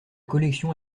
collection